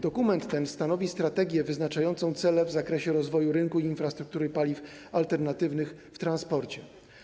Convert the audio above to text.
Dokument ten stanowi strategię wyznaczającą cele w zakresie rozwoju rynku i infrastruktury paliw alternatywnych w transporcie.